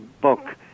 book